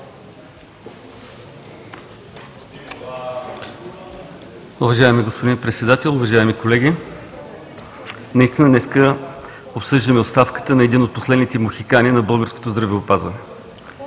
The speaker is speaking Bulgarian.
Уважаеми господин Председател, уважаеми колеги! Наистина днес обсъждаме оставката – оставката на един от последните мохикани на българското здравеопазване.